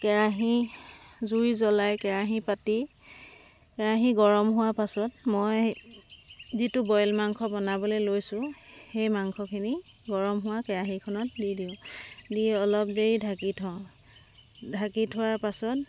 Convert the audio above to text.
কেৰাহী জুই জ্বলাই কেৰাহী পাতি কেৰাহী গৰম হোৱাৰ পাছত মই যিটো বইল মাংস বনাবলৈ লৈছোঁ সেই মাংসখিনি গৰম হোৱা কেৰাহীখনত দি দিওঁ দি অলপ দেৰি ঢাকি থওঁ ঢাকি থোৱাৰ পাছত